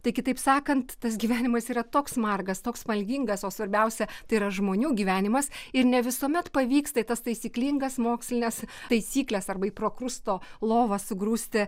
tai kitaip sakant tas gyvenimas yra toks margas toks spalvingas o svarbiausia tai yra žmonių gyvenimas ir ne visuomet pavyksta į tas taisyklingas mokslines taisyklės arba į prokrusto lovą sugrūsti